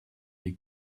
les